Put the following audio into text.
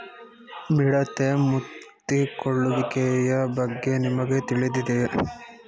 ಮಿಡತೆ ಮುತ್ತಿಕೊಳ್ಳುವಿಕೆಯ ಬಗ್ಗೆ ನಿಮಗೆ ತಿಳಿದಿದೆಯೇ?